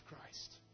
Christ